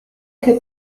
que